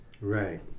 Right